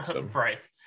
Right